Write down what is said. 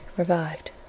revived